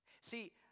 See